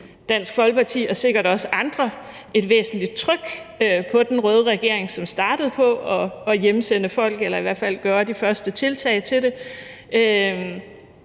Dansk Folkeparti og sikkert også andre et væsentligt tryk på den røde regering, som startede på at hjemsende folk, eller i hvert fald gøre de første tiltag til det.